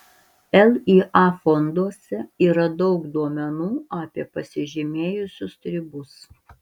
lya fonduose yra daug duomenų apie pasižymėjusius stribus